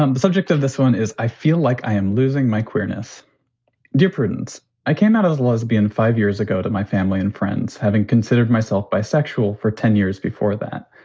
um subject of this one is i feel like i am losing my queerness difference i cannot as a lesbian five years ago to my family and friends, having considered myself bisexual for ten years before that,